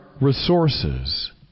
resources